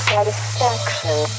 Satisfaction